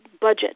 budget